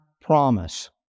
promise